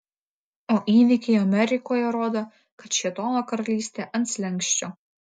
o įvykiai amerikoje rodo kad šėtono karalystė ant slenksčio